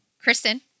Kristen